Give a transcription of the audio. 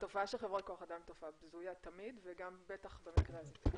התופעה של חברות כח אדם היא תופעה בזויה תמיד וגם בטח במקרה הזה.